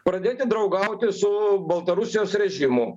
pradėti draugauti su baltarusijos režimu